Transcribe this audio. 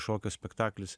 šokio spektaklis